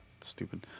Stupid